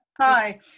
Hi